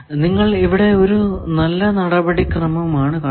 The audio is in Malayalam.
നിങ്ങൾ ഇവിടെ ഒരു നല്ല നടപടി ക്രമം ആണ് കണ്ടത്